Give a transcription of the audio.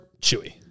chewy